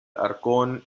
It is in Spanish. arcón